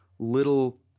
little